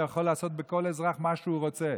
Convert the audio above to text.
הוא יכול לעשות בכל אזרח מה שהוא רוצה.